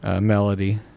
melody